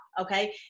okay